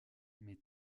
mais